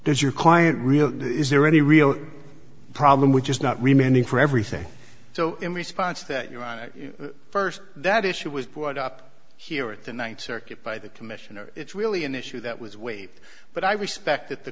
does your client really is there any real problem which is not remaining for everything so in response that you're on it first that issue was brought up here at the ninth circuit by the commissioner it's really an issue that was waived but i respect that the